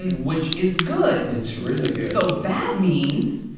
and which is good. it's really good. so, that means,